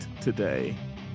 today